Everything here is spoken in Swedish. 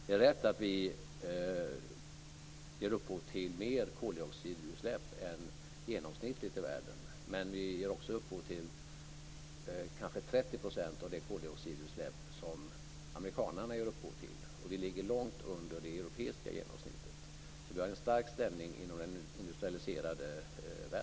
Det är rätt att vi ger upphov till mer koldioxidutsläpp än genomsnittligt i världen, men vi ger också upphov till kanske 30 % av de koldioxidutsläpp som amerikanerna ger upphov till. Vi ligger långt under det europeiska genomsnittet. Så vi har en stark ställning inom den industrialiserade världen.